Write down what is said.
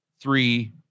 three